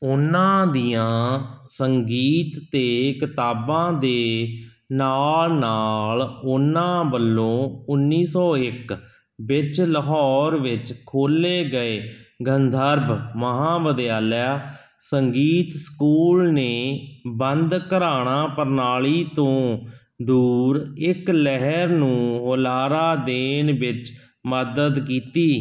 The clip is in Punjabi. ਉਨ੍ਹਾਂ ਦੀਆਂ ਸੰਗੀਤ 'ਤੇ ਕਿਤਾਬਾਂ ਦੇ ਨਾਲ ਨਾਲ ਉਨ੍ਹਾਂ ਵੱਲੋਂ ਉੱਨੀ ਸੌ ਇੱਕ ਵਿੱਚ ਲਾਹੌਰ ਵਿੱਚ ਖੋਲ੍ਹੇ ਗਏ ਗੰਧਰਵ ਮਹਾਵਿਦਿਆਲਾ ਸੰਗੀਤ ਸਕੂਲ ਨੇ ਬੰਦ ਘਰਾਣਾ ਪ੍ਰਣਾਲੀ ਤੋਂ ਦੂਰ ਇੱਕ ਲਹਿਰ ਨੂੰ ਹੁਲਾਰਾ ਦੇਣ ਵਿੱਚ ਮਦਦ ਕੀਤੀ